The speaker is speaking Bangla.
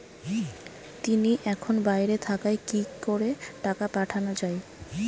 তিনি এখন বাইরে থাকায় কি করে টাকা পাঠানো য়ায়?